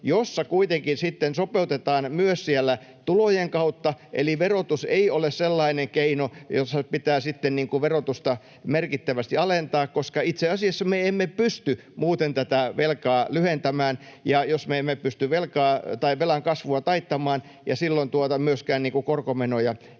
jossa kuitenkin sitten sopeutetaan myös tulojen kautta, eli verotus ei ole sellainen keino, että nyt pitää sitten verotusta merkittävästi alentaa, koska itse asiassa me emme pysty muuten tätä velkaa lyhentämään, jos me emme pysty velan kasvua taittamaan, ja silloin myöskään korkomenoja pienentämään.